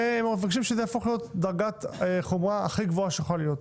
והם מבקשים שזה יהפוך להיות דרגת חומרה הכי גבהה שיכולה להיות.